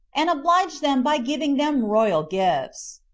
and obliged them by giving them royal gifts.